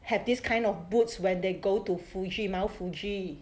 have this kind of boots when they go to fuji mount fuji